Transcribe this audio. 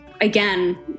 again